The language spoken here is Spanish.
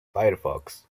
firefox